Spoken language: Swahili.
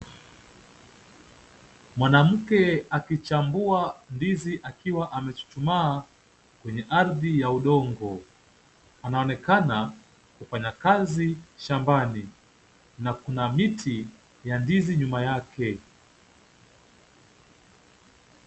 Mwanamke akichambua ndizi akiwa amechuchumaa kwenye ardhi ya udongo. Anaonekana kufanya kazi shambani na kuna miti ya ndizi nyuma yake.